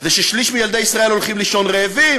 זה ששליש מילדי ישראל הולכים לישון רעבים,